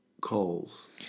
calls